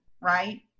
right